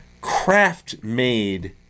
craft-made